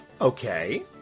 okay